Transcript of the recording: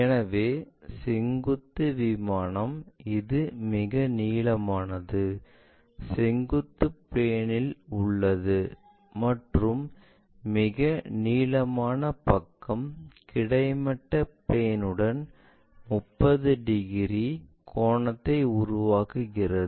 எனவே செங்குத்து விமானம் இது மிக நீளமானது செங்குத்து பிளேன் இல் உள்ளது மற்றும் மிக நீளமான பக்கம் கிடைமட்ட பிளேன் உடன் 30 டிகிரி கோணத்தை உருவாக்குகிறது